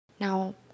now